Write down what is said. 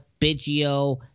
Biggio